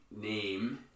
name